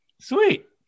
sweet